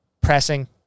pressing